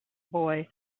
boy